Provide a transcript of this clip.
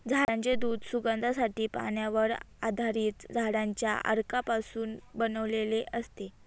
झाडांचे दूध सुगंधासाठी, पाण्यावर आधारित झाडांच्या अर्कापासून बनवलेले असते